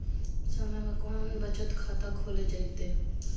कम समय में कौन बचत खाता खोले जयते?